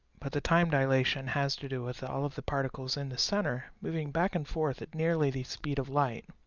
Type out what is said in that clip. but the time dilation has to do with all of the particles in the center moving back and forth at nearly the speed of light.